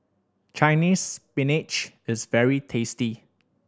Chinese Spinach is very tasty